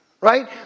right